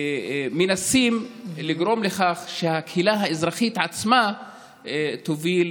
מנסים לגרום לכך שהקהילה האזרחית עצמה תוביל.